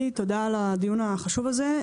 אדוני, תודה על הדיון החשוב הזה.